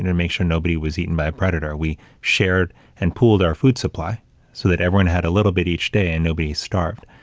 and make sure nobody was eaten by a predator, we shared and pooled our food supply so that everyone had a little bit each day and nobody starved.